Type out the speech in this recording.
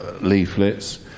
leaflets